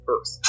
Earth